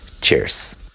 Cheers